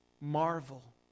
marvel